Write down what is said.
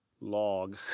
log